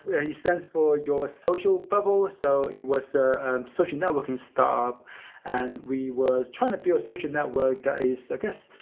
it stands for your social bubble. so it was a social networking startup and we were trying to be a social network that is i guess,